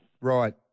Right